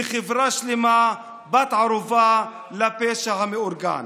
וחברה שלמה בת-ערובה לפשע המאורגן.